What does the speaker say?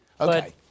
Okay